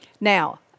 Now